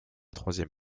troisième